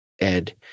Ed